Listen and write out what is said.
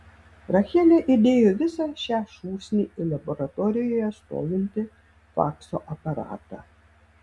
rachelė įdėjo visą šią šūsnį į laboratorijoje stovintį fakso aparatą